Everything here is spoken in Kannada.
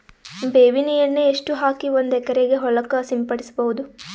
ಬೇವಿನ ಎಣ್ಣೆ ಎಷ್ಟು ಹಾಕಿ ಒಂದ ಎಕರೆಗೆ ಹೊಳಕ್ಕ ಸಿಂಪಡಸಬೇಕು?